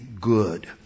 good